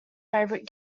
favourite